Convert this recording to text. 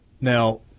Now